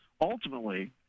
ultimately